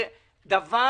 זה דבר